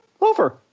over